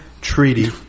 treaty